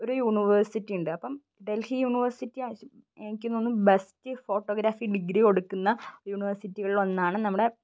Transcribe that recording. ഒരു യൂണിവേഴ്സിറ്റിയുണ്ട് അപ്പം ഡൽഹി യൂണിവേഴ്സിറ്റി എനിക്ക് തോന്നുന്നു ബെസ്റ്റ് ഫോട്ടോഗ്രാഫി ഡിഗ്രി കൊടുക്കുന്ന യൂണിവേഴ്സിറ്റികളിലൊന്നാണ് നമ്മുടെ